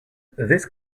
this